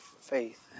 faith